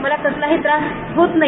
मला कसलाही त्रास होत नाही